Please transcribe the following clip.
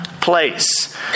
Place